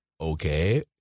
okay